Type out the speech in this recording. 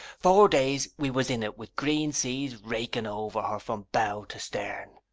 four days we was in it with green seas raking over her from bow to stern.